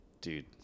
dude